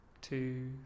Two